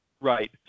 Right